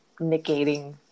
negating